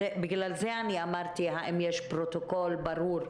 בגלל זה אני שאלתי האם יש פרוטוקול ברור,